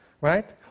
right